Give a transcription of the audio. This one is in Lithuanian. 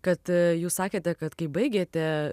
kad jūs sakėte kad kai baigėte